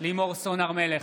חמד עמאר,